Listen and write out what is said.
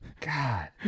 God